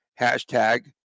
hashtag